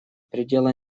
предела